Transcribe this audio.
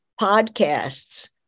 podcasts